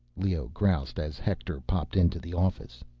leoh groused as hector popped into the office.